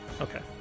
Okay